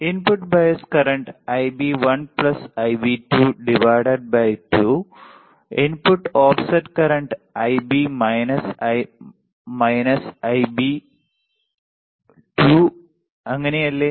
input bias current | Ib1 Ib2 | 2 input offset current | Ib1 Ib2 | അങ്ങനെ അല്ലേ